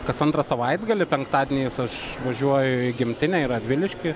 kas antrą savaitgalį penktadieniais aš važiuoju į gimtinę į radviliškį